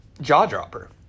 jaw-dropper